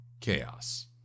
chaos